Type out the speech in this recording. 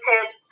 tips